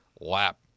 lap